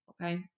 okay